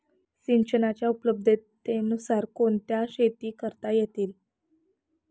सिंचनाच्या उपलब्धतेनुसार कोणत्या शेती करता येतील?